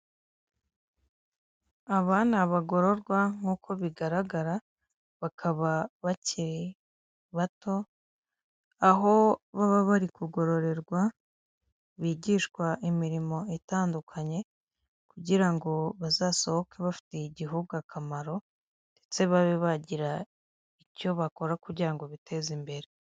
Aba ni abagororwa nk'uko bigaragara bakaba bakiri bato aho baba bari kugororerwa bigishwa imirimo itandukanye kugira ngo bazasohoke bafitiye igihugu akamaro ndetse babe bagira icyo bakora kugira ngo biteze imbere .